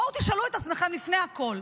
בואו תשאלו את עצמכם לפני הכול: